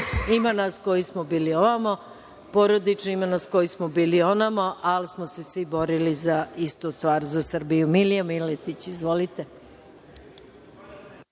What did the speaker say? Ima nas koji smo bili ovamo porodično, ima nas koji smo bili onamo, ali smo se svi borili za istu stvar, za Srbiju. Reč ima Milija Miletić. Izvolite.